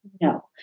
No